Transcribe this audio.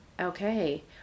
Okay